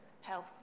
health